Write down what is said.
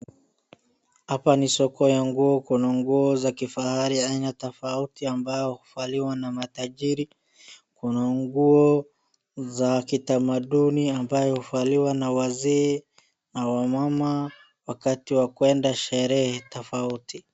Hapa ni soko ya nguo. Kuna nguo za kifahari aina tofauti ambao huvaliwa na matajiri. Kuna nguo za kitamaduni amabayo huvaliwa na wazee na wamama wakati wa kuenda sherehe tofauti.